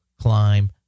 climb